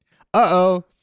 Uh-oh